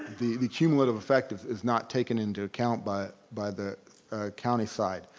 the the cumulative effect is not taken into account by by the county side.